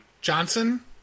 Johnson